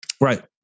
Right